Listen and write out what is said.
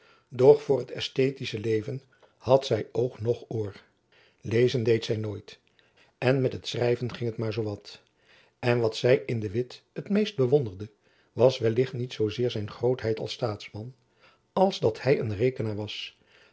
doch voor het esthetische leven had zy oog noch oor lezen deed zy nooit en met het schrijven ging het maar zoo wat en wat zy in de witt het meest bewonderde was wellicht niet zoo zeer zijn grootheid als staatsman als dat hy een rekenaar was